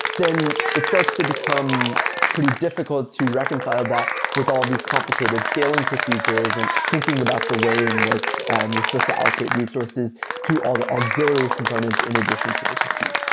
then it starts to become pretty difficult to reconcile that with all these complicated scaling procedures and thinking about the way in which and you're supposed to allocate resources to all the auxiliary components in addition to the compute.